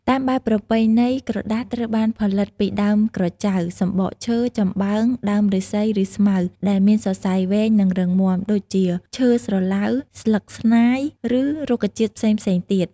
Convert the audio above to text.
តាមបែបប្រពៃណី ក្រដាសត្រូវបានផលិតពីដើមក្រចៅ សម្បកឈើ ចំបើង ដើមឫស្សី ឬស្មៅដែលមានសរសៃវែង និងរឹងមាំ ដូចជា ឈើស្រឡៅ ស្លឹកស្នាយ ឬរុក្ខជាតិផ្សេងៗទៀត។